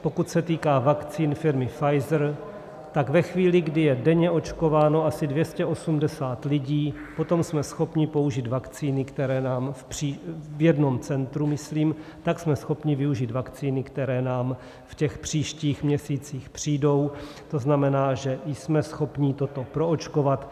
Pokud se týká vakcín firmy Pfizer, tak ve chvíli, kdy je denně očkováno asi 280 lidí, potom jsme schopni použít vakcíny, v jednom centru myslím, tak jsme schopni využít vakcíny, které nám v příštích měsících přijdou, to znamená, že jsme schopni toto proočkovat.